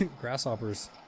grasshoppers